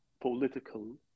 political